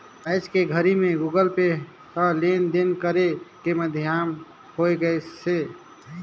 आयज के घरी मे गुगल पे ह लेन देन करे के माधियम होय गइसे